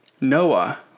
Noah